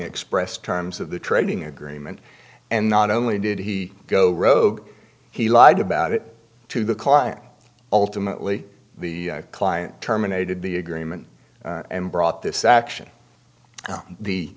expressed terms of the trading agreement and not only did he go rogue he lied about it to the client ultimately the client terminated the agreement and brought this action on the